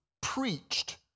preached